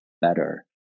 better